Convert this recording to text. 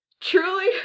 truly